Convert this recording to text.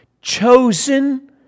chosen